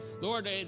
Lord